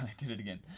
did it again.